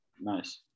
Nice